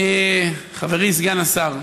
חברי סגן השר,